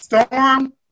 Storm